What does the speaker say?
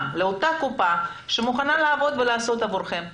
לאותה קופה שמוכנה לעבוד ולעשות עבורכם.